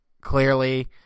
clearly